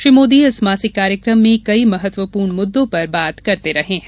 श्री मोदी इस मासिक कार्यक्रम में कई महत्वपूर्ण मुद्दों पर बात करते रहे हैं